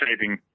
saving